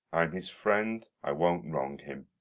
i'm his friend, i won't wrong him.